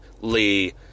Lee